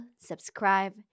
subscribe